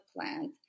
plant